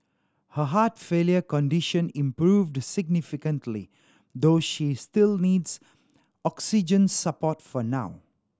her heart failure condition improved significantly though she still needs oxygen support for now